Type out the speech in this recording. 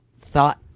thought